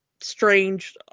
strange